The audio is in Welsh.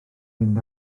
mynd